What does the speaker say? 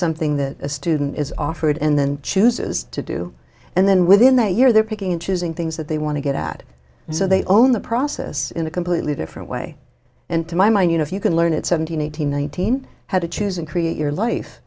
something that a student is offered and then chooses to do and then within that year they're picking and choosing things that they want to get at so they own the process in a completely different way and to my mind you know if you can learn at seventeen eighteen nineteen how to choose and create your life